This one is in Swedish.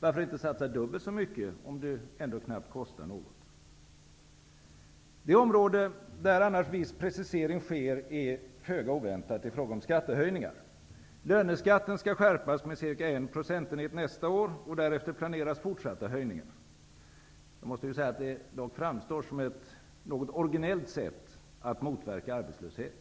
Varför inte satsa dubbelt så mycket, om det nu ändå knappt kostar något? Det område där annars viss precisering sker är föga oväntat i fråga om skattehöjningar. Löneskatten skall skärpas med cirka en procentenhet nästa år, och därefter planeras fortsatta höjningar. Det framstår dock som ett något originellt sätt att motverka arbetslöshet.